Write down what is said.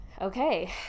Okay